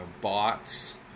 bots